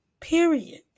Period